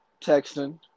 texting